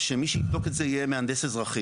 מוצע שמי שיבדוק את זה יהיה מהנדס אזרחי.